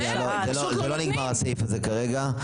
לא, לא, זה לא נגמר הסעיף הזה כרגע.